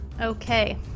Okay